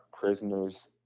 prisoners